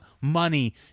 money